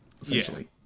essentially